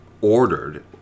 ordered